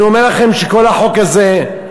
אני אומר לכם שכל החוק הזה,